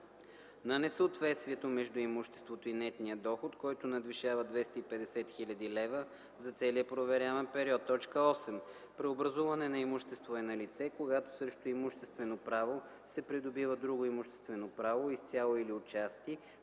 на несъответствието между имуществото и нетния доход, който надвишава 250 000 лв. за целия проверяван период. 8. „Преобразуване на имуществото” е налице, когато срещу имуществено право се придобива друго имуществено право – изцяло или отчасти,